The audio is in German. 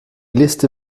liste